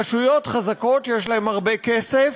ברשויות חזקות שיש להן הרבה כסף,